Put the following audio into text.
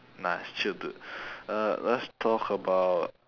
nah it's chill dude uh let's talk about